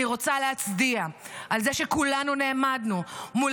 אני רוצה להצדיע על זה שכולנו נעמדנו מול